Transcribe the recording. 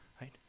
right